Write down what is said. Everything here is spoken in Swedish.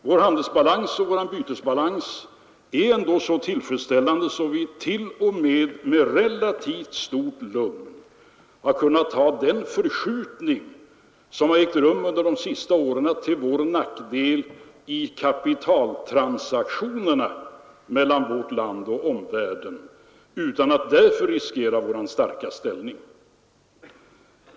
Vår handelsbalans och vår bytesbalans är ändå så tillfredsställande att vit.o.m. med relativt stort lugn har kunnat ta den förskjutning till vår nackdel som under de senaste åren ägt rum av kapitaltransaktionerna mellan vårt land och omvärlden utan att därför riskera vår starka ställning.